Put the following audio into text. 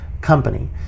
company